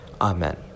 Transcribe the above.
Amen